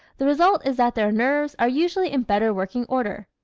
the result is that their nerves are usually in better working order.